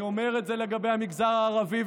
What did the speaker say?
אני אומר את זה לגבי המגזר הערבי,